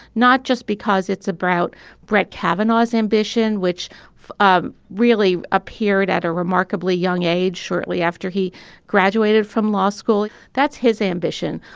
not just because it's about brett kavanaugh's ambition, which um really appeared at a remarkably young age shortly after he graduated from law school. that's his ambition.